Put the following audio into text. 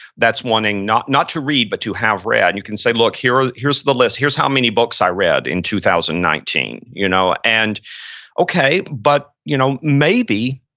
that's wanting not not to read, but to have read. and you can say, look, here's here's the list. here's how many books i read in two thousand and nineteen. you know and okay, but you know maybe,